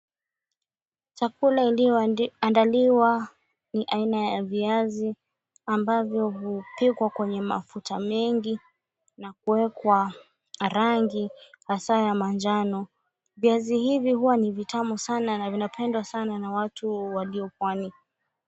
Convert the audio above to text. Chakula iliyoandaliwa ni aina ya viazi ambavyo vimepikwa kwenye mafuta mengi na kuwekwa rangi hasa ya manjano. Viazi hivi huwa ni vitamu sana na vinapendwa sana na watu walio pwani.